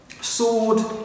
Sword